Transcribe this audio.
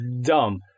dumb